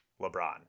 LeBron